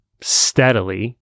steadily